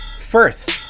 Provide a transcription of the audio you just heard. First